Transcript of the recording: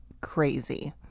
crazy